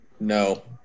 No